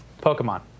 Pokemon